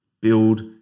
build